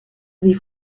sie